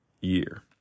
year